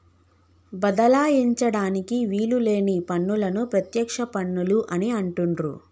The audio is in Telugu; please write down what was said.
బదలాయించడానికి వీలు లేని పన్నులను ప్రత్యక్ష పన్నులు అని అంటుండ్రు